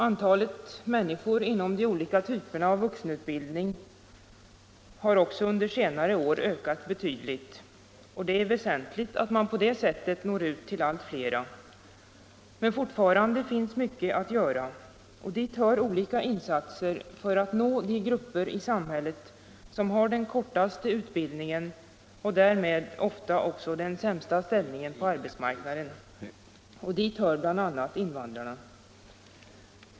Antalet studerande inom de olika typerna av vuxenutbildning 187 har också under senare år ökat betydligt. Det är väsentligt att man på det sättet når ut till allt flera. Men fortfarande finns mycket att göra. Dit hör olika insatser för att nå de grupper i samhället som har den kortaste utbildningen och därmed ofta också den sämsta ställningen på arbetsmarknaden. Till dem hör bl.a. invandrarna.